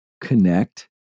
connect